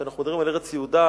כשאנחנו מדברים על ארץ יהודה,